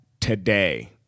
today